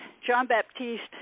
Jean-Baptiste